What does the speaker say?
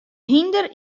hynder